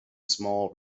small